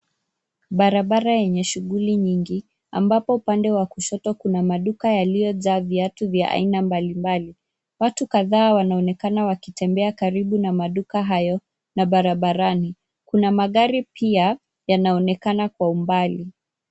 Barabara yenye shughuli nyingi, ambapo upande wa kushoto kuna maduka yaliyojaa viatu vya aina mbali mbali. Watu kadhaa wanaonekana wakitembea karibu na maduka hayo, na barabarani. Kuna magari pia, yanaonekana kwa umbali.